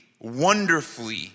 wonderfully